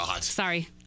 Sorry